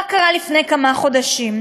מה קרה לפני כמה חודשים?